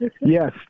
Yes